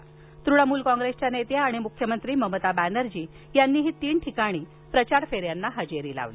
तर तृणमूल काँग्रेसच्या नेत्या आणि मुख्यमंत्री ममता बॅनर्जी यांनीही आज तीन ठिकाणी प्रचार फेऱ्यांना हजेरी लावली